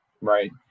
Right